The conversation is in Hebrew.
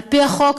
על פי החוק,